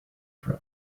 from